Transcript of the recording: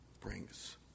brings